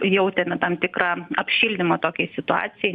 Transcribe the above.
jautėme tam tikrą apšildymą tokiai situacijai